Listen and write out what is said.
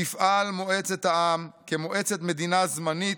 תפעל מועצת העם כמועצת מדינה זמנית,